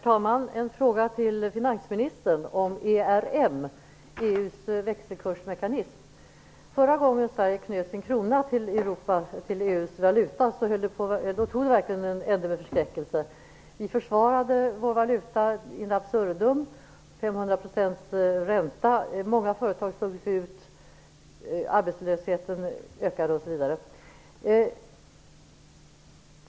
Herr talman! Jag har en fråga till finansministern om ERM, EU:s växelkursmekanism. Förra gången Sverige knöt sin krona till EU:s valuta tog det en ände med förskräckelse. Vi försvarade vår valuta in absurdum, vilket ledde till 500 % ränta, till att många företag slogs ut, till att arbetslösheten ökade osv.